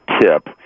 tip